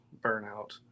Burnout